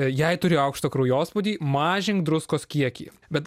jei turi aukštą kraujospūdį mažink druskos kiekį bet